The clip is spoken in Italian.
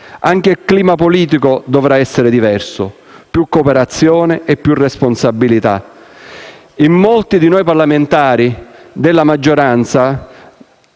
Anche il clima politico dovrà essere diverso: più cooperazione e più responsabilità. In molti di noi parlamentari della maggioranza